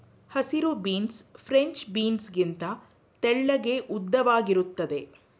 ಹಸಿರು beans French beans ಗಿಂತ ತೆಳ್ಳಗೆ ಉದ್ದವಾಗಿರುತ್ತದೆ